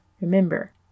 Remember